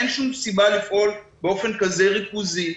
אין שום סיבה לפעול באופן כזה ריכוזי.